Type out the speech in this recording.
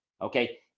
okay